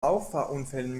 auffahrunfällen